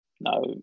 no